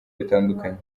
bitandukanye